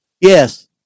Yes